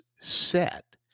set